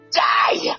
die